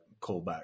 callback